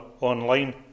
online